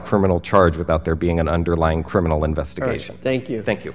criminal charge without there being an underlying criminal investigation thank you thank you